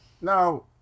Now